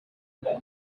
library